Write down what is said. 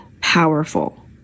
powerful